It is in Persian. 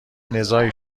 نزاعی